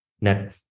net